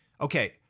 Okay